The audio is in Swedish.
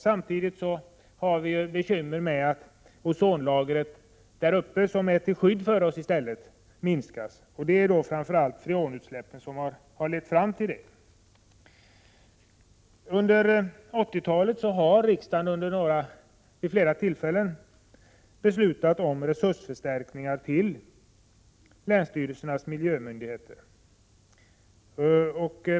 Samtidigt har vi bekymmer med att det övre ozonlagret, som är till skydd för oss, minskar. Det är framför allt freonutsläppen som har lett fram till det. 138 Under 80-talet har riksdagen vid flera tillfällen beslutat om resursförstärk ningar till länsstyrelsernas miljömyndigheter.